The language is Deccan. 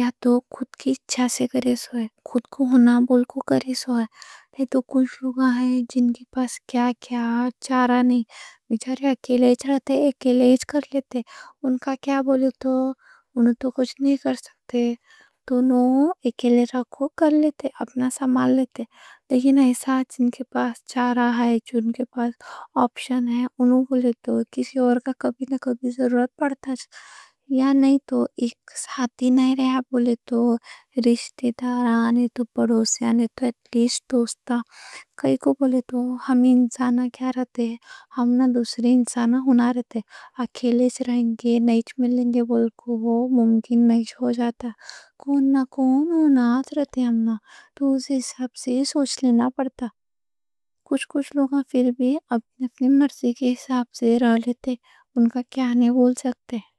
یا تو خود کی خواہش سے کرے سو ہیں، خود کو ہونا بول کے کرے سو ہیں۔ لہذا کچھ لوگ ہیں جن کے پاس کیا کیا چارہ نئچ؛ بیچاری اکیلے ہی رہتے، اکیلے ہی کر لیتے۔ ان کا کیا بولے تو انوں تو کچھ نئچ کر سکتے، اکیلے ہی کر لیتے، اپنا سامان لیتے۔ لیکن ایسا جن کے پاس چارہ ہے، جن کے پاس آپشن ہے، انہوں بولے تو کسی اور کا کبھی نہ کبھی ضرورت پڑتا ہے۔ یا نہیں تو ایک ساتھی نہیں رہا بولے تو، رشتےدار، نہیں تو پڑوسی، نہیں تو اٹ لیسٹ دوست۔ کائیں کوں بولے تو ہم انسانا کیا رہتے ہیں ہمنا؟ ہمنا دوسرے انسانا ہونا رہتے ہیں۔ اکیلے سے رہیں گے نئچ ملیں گے بول کو، وہ ممکن نئچ ہو جاتا؛ کوئی نہ کوئی ہونا رہتے ہیں۔ تو اس حساب سے سوچ لینا پڑتا، کچھ کچھ لوگاں پھر بھی اپنی مرضی کے حساب سے رہ لیتے ہیں، ان کا کیا نئچ بول سکتے ہیں.